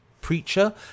preacher